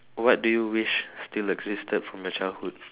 what do you wish still existed from your childhood